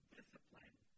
discipline